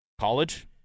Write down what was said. College